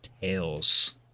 tails